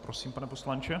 Prosím, pane poslanče.